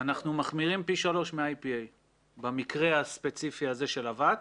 אנחנו מחמירים פי שלוש מה-IPA במקרה הספציפי הזה של אבץ.